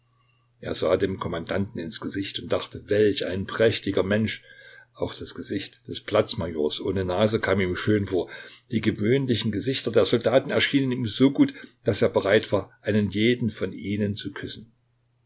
er sah dem kommandanten ins gesicht und dachte welch ein prächtiger mensch auch das gesicht des platz majors ohne nase kam ihm schön vor die gewöhnlichen gesichter der soldaten erschienen ihm so gut daß er bereit war einen jeden von ihnen zu küssen